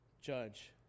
judge